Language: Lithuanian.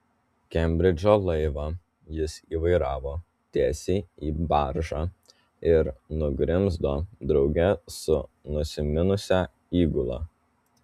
kembridžo laivą jis įvairavo tiesiai į baržą ir nugrimzdo drauge su nusiminusia įgula